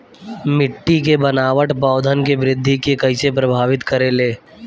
मिट्टी के बनावट पौधन के वृद्धि के कइसे प्रभावित करे ले?